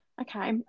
okay